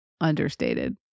understated